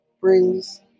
brings